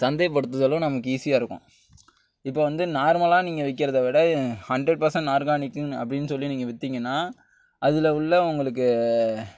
சந்தைப்படுத்துதலும் நமக்கு ஈஸியாயிருக்கும் இப்போ வந்து நார்மலாக நீங்கள் விற்கிறத விட ஹண்ட்ரட் பர்சன்ட் ஆர்கானிக்ன்னு அப்படின் சொல்லி நீங்கள் விற்றிங்கினா அதில் உள்ளவர்களுக்கு